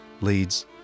leads